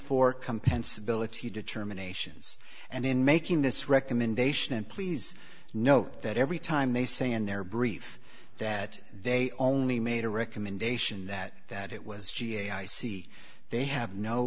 pense ability determinations and in making this recommendation and please note that every time they say in their brief that they only made a recommendation that that it was ga i see they have no